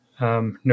no